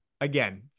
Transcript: again